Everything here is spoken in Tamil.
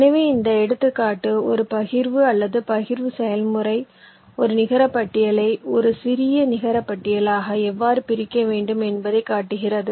எனவே இந்த எடுத்துக்காட்டு ஒரு பகிர்வு அல்லது பகிர்வு செயல்முறை ஒரு நிகர பட்டியலை ஒரு சிறிய நிகரபட்டியலாக எவ்வாறு பிரிக்க வேண்டும் என்பதைக் காட்டுகிறது